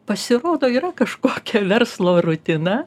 pasirodo yra kažkokia verslo rutina